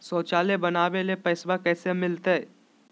शौचालय बनावे ले पैसबा कैसे मिलते?